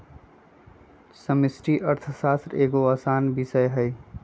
समष्टि अर्थशास्त्र एगो असान विषय हइ